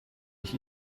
ich